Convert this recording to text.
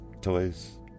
toys